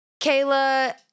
Kayla